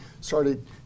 started